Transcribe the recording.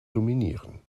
dominieren